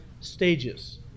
stages